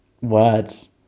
words